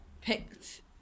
picked